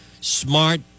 smart